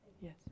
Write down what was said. Yes